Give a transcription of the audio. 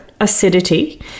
acidity